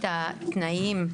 את התנאים,